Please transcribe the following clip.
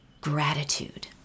gratitude